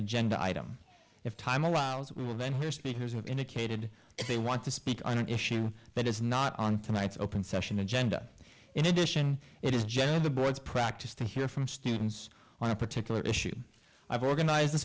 agenda item if time allows we will then hear speakers have indicated if they want to speak on an issue that is not on tonight's open session agenda in addition it is gen the board's practice to hear from students on a particular issue i've organize